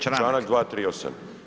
Članak 238